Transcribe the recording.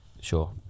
Sure